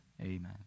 Amen